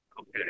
Okay